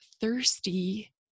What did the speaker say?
thirsty